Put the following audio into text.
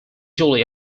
julie